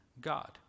God